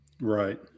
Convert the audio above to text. Right